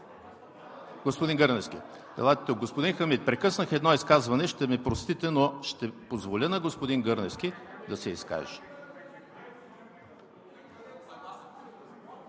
Господин Гърневски, елате тук. Господин Хамид, прекъснах едно изказване. Ще ми простите, но ще позволя на господин Гърневски да се изкаже.